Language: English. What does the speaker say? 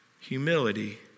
humility